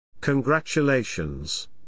Congratulations